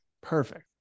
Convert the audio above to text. Perfect